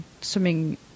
swimming